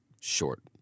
short